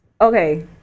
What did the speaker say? okay